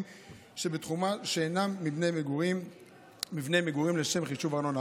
שבתחומה שאינם מבני מגורים לשם חישוב ארנונה.